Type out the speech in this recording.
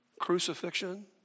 crucifixion